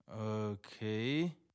Okay